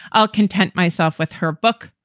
i'll content myself with her book,